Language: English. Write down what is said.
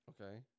Okay